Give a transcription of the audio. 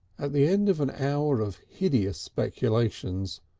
at the end of an hour of hideous speculations,